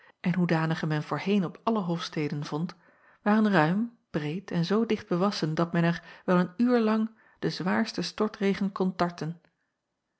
en hoedanige men voorheen op alle hofsteden vond waren ruim breed en zoo dicht bewassen dat men er wel een uur lang den zwaarsten stortregen kon tarten